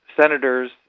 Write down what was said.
senators